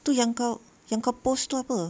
tu yang kau yang kau post tu apa